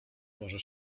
może